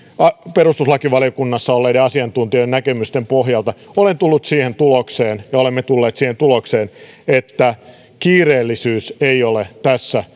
perustuslakivaliokunnassa olleiden asiantuntijoiden näkemysten pohjalta olen tullut siihen tulokseen ja olemme tulleet siihen tulokseen että kiireellisyys ei ole tässä